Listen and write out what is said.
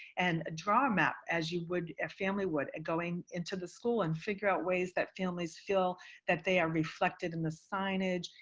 and draw a map as you would a family would going into the school and figure out ways that families feel that they are reflected in the signage,